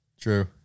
True